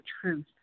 truth